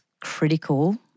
critical